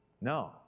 No